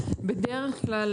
בדרך כלל